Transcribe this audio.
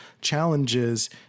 challenges